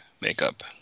makeup